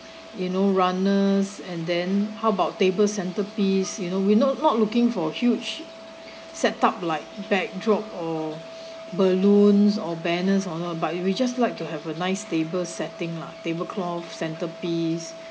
you know runners and then how about table centrepiece you know we not not looking for huge set up like backdrop or balloons or banners or not but we just like to have a nice table setting lah tablecloths centrepiece